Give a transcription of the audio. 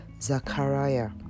Zachariah